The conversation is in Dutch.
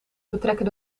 betrekken